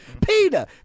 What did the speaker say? Peter